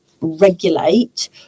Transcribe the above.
regulate